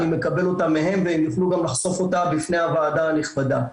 אני מקבל אותה מהם והם יוכלו לחשוף אותה בפני הוועדה הנכבדה,